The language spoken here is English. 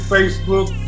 Facebook